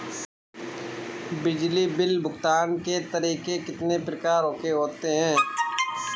बिजली बिल भुगतान के तरीके कितनी प्रकार के होते हैं?